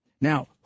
Now